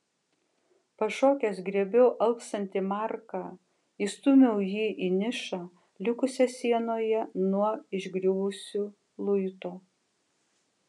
pašokęs griebiau alpstantį marką įstūmiau jį į nišą likusią sienoje nuo išgriuvusiu luito